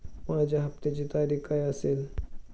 माझ्या हप्त्याची तारीख काय असेल?